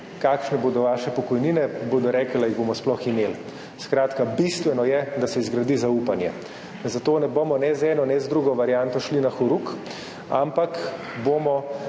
kakšne bodo vaše pokojnine, bodo rekli, a jih bomo sploh imeli? Skratka, bistveno je, da se zgradi zaupanje. Zato ne bomo ne z eno, ne z drugo varianto šli na horuk, ampak bomo